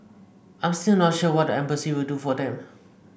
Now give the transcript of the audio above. I'm still not sure what the embassy will do for them